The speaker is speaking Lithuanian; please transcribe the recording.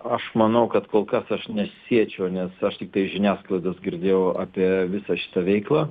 aš manau kad kol kas aš nesiečiau nes aš tiktai iš žiniasklaidos girdėjau apie visą šitą veiklą